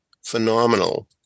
Phenomenal